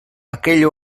aquell